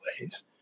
ways